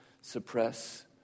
suppress